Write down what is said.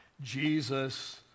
Jesus